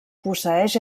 posseeix